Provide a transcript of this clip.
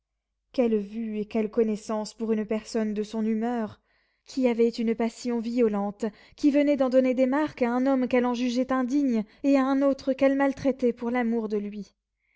quelle vue et quelle connaissance pour une personne de son humeur qui avait une passion violente qui venait d'en donner des marques à un homme qu'elle en jugeait indigne et à un autre qu'elle maltraitait pour l'amour de lui